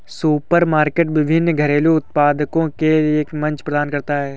supermarket विभिन्न घरेलू उत्पादों के लिए एक मंच प्रदान करता है